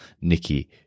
Nikki